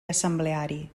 assembleari